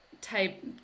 type